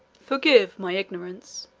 forgive my ignorance,